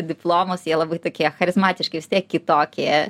diplomus jie labai tokie charizmatiški kitokie